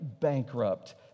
bankrupt